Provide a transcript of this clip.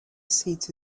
seat